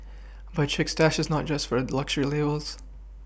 but Chic Stash is not just for luxury labels